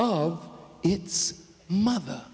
oh it's mother